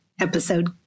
episode